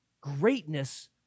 greatness